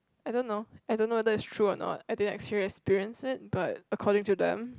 I don't know I don't know whether is true or not I didn't actually experience it but according to them